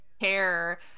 hair